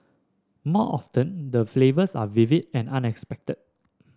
more often them the flavours are vivid and unexpected